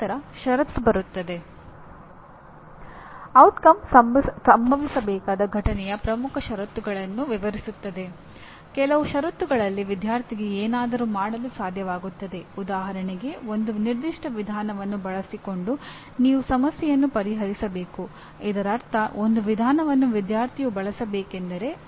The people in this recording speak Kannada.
ನಂತರ ಈ ಜ್ಞಾನದ ಆಧಾರದ ಮೇಲೆ ನಾವು ಕಾರ್ಯಕ್ರಮದ ಶೈಕ್ಷಣಿಕ ಉದ್ದೇಶಗಳು ಪ್ರೋಗ್ರಾಮ್ ಸ್ಪೆಸಿಫಿಕ್ ಪರಿಣಾಮಗಳು ಬರೆಯುತ್ತೇವೆ